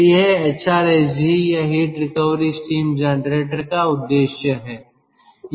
तो यह एचआरएसजी या हीट रिकवरी स्टीम जनरेटर का उद्देश्य है